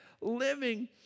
living